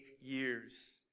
years